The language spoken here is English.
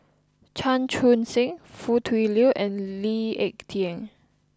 Chan Chun Sing Foo Tui Liew and Lee Ek Tieng